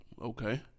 Okay